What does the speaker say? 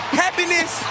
happiness